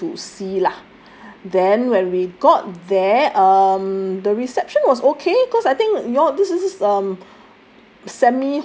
quite easy to see lah then when we got there um the reception was okay cause I think your this is this is um